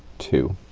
two